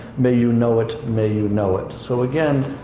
may you know it, may you know it. so, again,